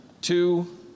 two